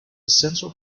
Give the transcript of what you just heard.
central